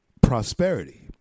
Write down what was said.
prosperity